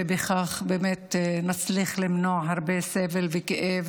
ובכך באמת נצליח למנוע הרבה סבל וכאב